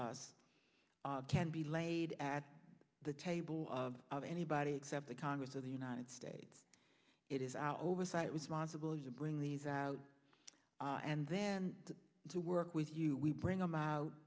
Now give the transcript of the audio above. us can be laid at the table of anybody except the congress of the united states it is our oversight responsibility to bring these out and then to work with you we bring them